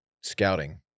scouting